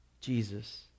Jesus